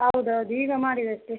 ಹೌದೌದು ಈಗ ಮಾಡಿದ್ದು ಅಷ್ಟೆ